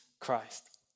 Christ